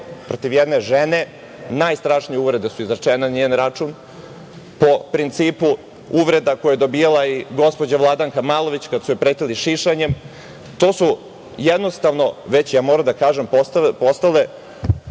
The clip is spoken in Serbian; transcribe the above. protiv jedne žene, najstrašnije uvrede su izrečene na njen račun, po principu uvreda koje je dobijala i gospođa Vladanka Malović, kada su joj pretili šišanjem, to su jednostavno, postale